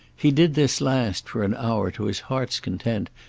he did this last, for an hour, to his heart's content,